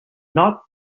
not